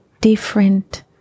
different